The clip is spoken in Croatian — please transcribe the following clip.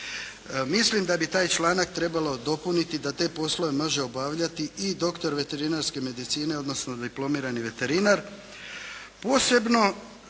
Mislim da bi taj članak trebalo dopuniti da te poslove može obavljati i doktor veterinarske medicine odnosno diplomirani veterinar,